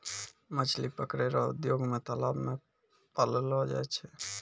मछली पकड़ै रो उद्योग मे तालाब मे पाललो जाय छै